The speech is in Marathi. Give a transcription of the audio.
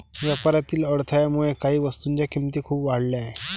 व्यापारातील अडथळ्यामुळे काही वस्तूंच्या किमती खूप वाढल्या आहेत